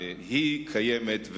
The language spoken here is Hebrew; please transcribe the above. והיא קיימת,